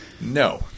No